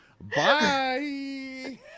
Bye